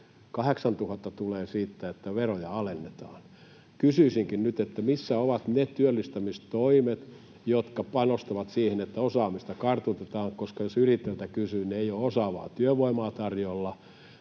8 000 tulee siitä, että veroja alennetaan. Kysyisinkin nyt: missä ovat ne työllistämistoimet, jotka panostavat siihen, että osaamista kartoitetaan? Jos yrittäjiltä kysyy, niin ei ole osaavaa työvoimaa tarjolla,